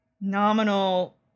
nominal